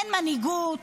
אין מנהיגות,